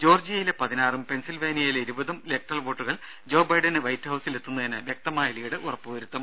ജോർജ്ജിയയിലെ പതിനാറും പെൻസിൽവാനിയയിലെ ഇരുപതും ഇലക്ടറൽ വോട്ടുകൾ ജോ ബൈഡന് വൈറ്റ്ഹൌസിൽ എത്തുന്നതിന് വ്യക്തമായ ലീഡ് ഉറപ്പുവരുത്തും